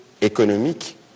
économique